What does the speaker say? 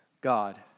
God